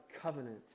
covenant